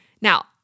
Now